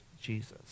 Jesus